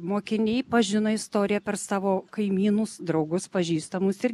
mokiniai pažino istoriją per savo kaimynus draugus pažįstamus ir